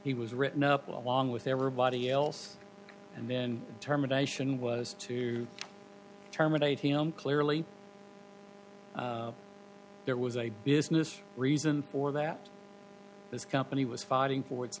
he was written up along with everybody else and then terminations was to terminate him clearly there was a business reason for that this company was fighting for